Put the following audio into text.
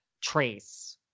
Trace